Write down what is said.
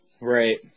Right